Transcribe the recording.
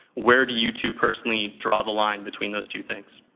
where do you two personally draw the line between those two things?